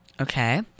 Okay